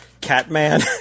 Catman